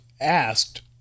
asked